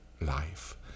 life